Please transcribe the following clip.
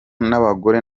n’abagore